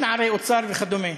נערי האוצר וכדומה.